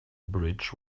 bridge